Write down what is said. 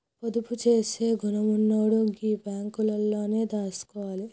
పొదుపు జేసే గుణమున్నోడు గీ బాంకులల్లనే దాసుకోవాల